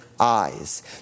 Eyes